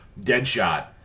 Deadshot